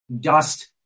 dust